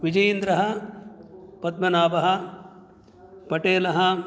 विजयेन्द्रः पद्मनाभः पटेलः